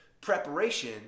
preparation